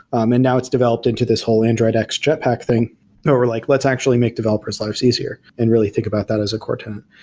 um and now it's developed into this whole android x jetpack thing and we're like, let's actually make developers life's easier and really think about that as a core tenet.